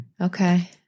Okay